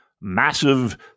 massive